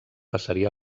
passaria